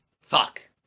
fuck